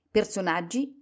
Personaggi